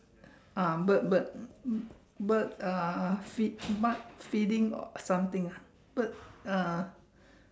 uh bird bird bird uh feed bird feeding something ah bird uh